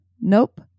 Nope